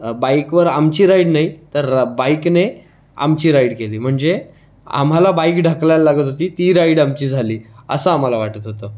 बाईकवर आमची राईड नाही तर बाईकने आमची राईड केली म्हणजे आम्हाला बाईक ढकलायला लागत होती ती राईड आमची झाली असं आम्हाला वाटत होतं